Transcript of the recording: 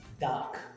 dark